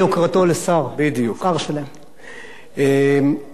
חברים וחברות,